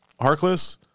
Harkless